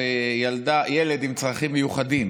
וילד עם צרכים מיוחדים.